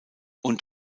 und